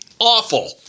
awful